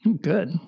Good